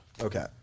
Okay